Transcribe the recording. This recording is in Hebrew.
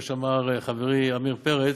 כמו שאמר חברי עמיר פרץ,